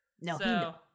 No